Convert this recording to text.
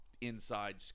inside